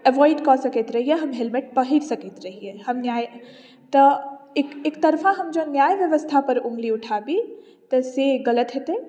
avoid कऽ सकैत रहियै हेलमेट पहीर सकैत रहियै हम न्याय तऽ एक एकतरफा हम जे न्याय व्यवस्थापर अङ्गुरी उठाबी तऽ से गलत हेतै